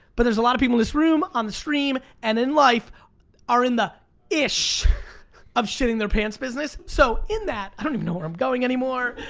but there's a lot of people in this room, on the stream, and in life are in the ish of shitting their pants business, so in that, i don't even know where i'm going anymore.